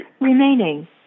remaining